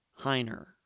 Heiner